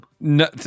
no